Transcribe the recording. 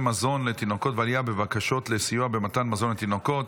מזון לתינוקות ועלייה בבקשות לסיוע במתן מזון לתינוקות.